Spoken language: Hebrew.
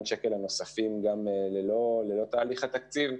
שקלים הנוספים גם ללא תהליך התקציב.